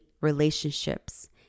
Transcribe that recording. relationships